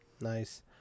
Nice